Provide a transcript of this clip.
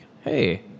hey